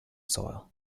soil